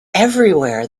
everywhere